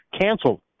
canceled